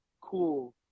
cool